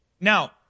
now